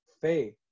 faith